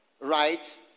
right